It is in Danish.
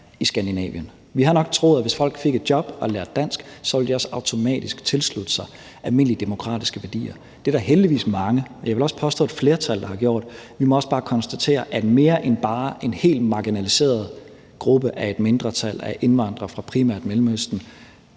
i Skandinavien. Vi har nok troet, at hvis folk fik et job og lærte dansk, ville de også automatisk tilslutte sig almindelige demokratiske værdier. Det er der heldigvis også mange – jeg vil også påstå, at det er et flertal – der har gjort, men vi må også bare konstatere, at mere end bare et helt marginaliseret mindretal af indvandrere fra primært Mellemøsten